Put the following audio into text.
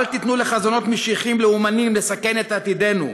אל תיתנו לחזונות משיחיים לאומניים לסכן את עתידנו.